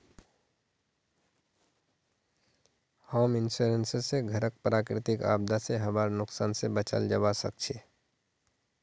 home insurance स घरक प्राकृतिक आपदा स हबार नुकसान स बचाल जबा सक छह